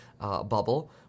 bubble